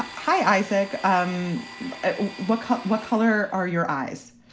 ah hi, isaac, um what color, what color are your eyes?